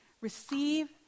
receive